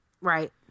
Right